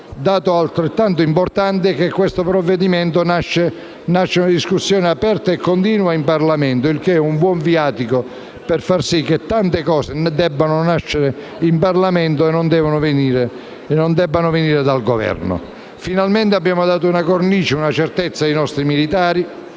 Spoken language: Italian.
dato altrettanto importante è il fatto che questo provvedimento nasce da una discussione aperta e continua in Parlamento, il che è un buon viatico per far sì che molte cose nascano in Parlamento e non provengano dal Governo. Finalmente abbiamo dato una cornice e una certezza ai nostri militari,